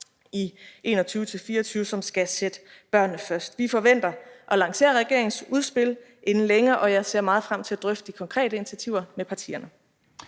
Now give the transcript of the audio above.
i 2021-2024, som skal sætte børnene først. Vi forventer at lancere regeringens udspil inden længe, og jeg ser meget frem til at drøfte de konkrete initiativer med partierne.